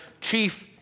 chief